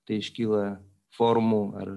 tai iškyla formų ar